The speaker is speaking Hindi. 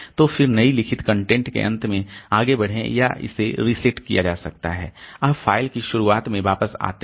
तो फिर नई लिखित कंटेंट के अंत में आगे बढ़ें या इसे रीसेट किया जा सकता है आप फ़ाइल की शुरुआत में वापस आते हैं